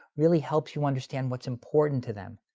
really helps you understand what's important to them.